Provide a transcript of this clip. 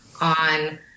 on